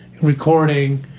recording